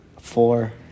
Four